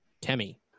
Tammy